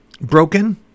broken